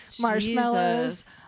marshmallows